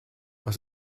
was